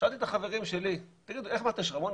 שאלתי את החברים שלי: תגידו, איך מכתש רמון?